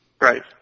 Right